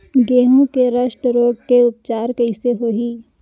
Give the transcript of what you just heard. गेहूँ के रस्ट रोग के उपचार कइसे होही?